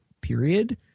period